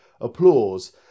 applause